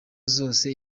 zose